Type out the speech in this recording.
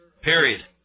Period